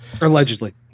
Allegedly